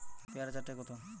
পেয়ারা চার টায় কত?